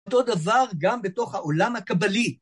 אותו דבר גם בתוך העולם הקבלי.